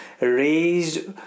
raised